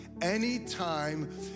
anytime